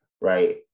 right